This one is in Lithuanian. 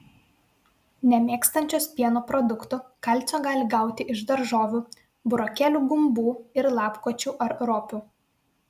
nemėgstančios pieno produktų kalcio gali gauti iš daržovių burokėlių gumbų ir lapkočių ar ropių